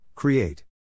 Create